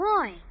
boy